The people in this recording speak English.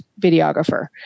videographer